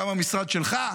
גם המשרד שלך,